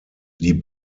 die